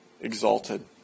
exalted